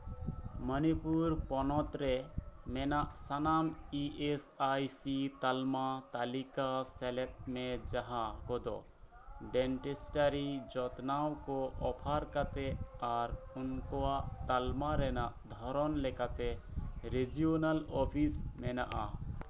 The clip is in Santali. ᱢᱚᱱᱤᱯᱩᱨ ᱯᱚᱱᱚᱛ ᱨᱮ ᱢᱮᱱᱟᱜ ᱥᱟᱱᱟᱢ ᱤ ᱮᱥ ᱟᱭ ᱥᱤ ᱛᱟᱞᱢᱟ ᱛᱟᱹᱞᱤᱠᱟ ᱥᱮᱞᱮᱫ ᱢᱮ ᱡᱟᱸᱦᱟ ᱠᱚᱫᱚ ᱰᱮᱱᱴᱮᱥᱴᱟᱨᱤ ᱡᱚᱛᱱᱟᱣ ᱠᱚ ᱚᱯᱷᱟᱨ ᱠᱟᱛᱮᱫ ᱟᱨ ᱩᱱᱠᱩᱣᱟᱜ ᱛᱟᱞᱢᱟ ᱨᱮᱱᱟᱜ ᱫᱷᱚᱨᱚᱱ ᱞᱮᱠᱟᱛᱮ ᱨᱮᱡᱤᱚᱱᱟᱞ ᱚᱯᱷᱤᱥ ᱢᱮᱱᱟᱜᱼᱟ